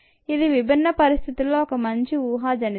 ఇది విభిన్న పరిస్థితుల్లో ఒక మంచి ఊహజనితం